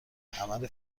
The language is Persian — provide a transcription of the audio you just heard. عمل